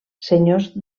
senyors